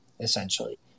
essentially